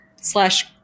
slash